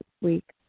week